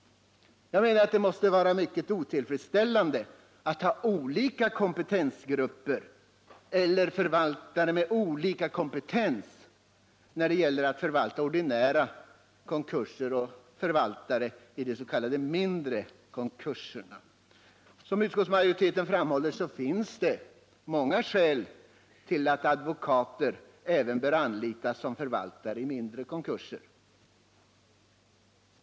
Det måste enligt min uppfattning vara mycket otillfredsställande att ha a olika kompetensgrupper, eller förvaltare med olika kompetens, när det gäller ordinära konkurser och s.k. mindre konkurser. Som utskottsmajoriteten framhåller finns det många skäl till att advokater bör anlitas även vid mindre konkurser.